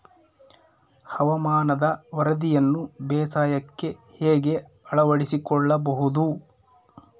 ಹವಾಮಾನದ ವರದಿಯನ್ನು ಬೇಸಾಯಕ್ಕೆ ಹೇಗೆ ಅಳವಡಿಸಿಕೊಳ್ಳಬಹುದು?